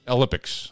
Olympics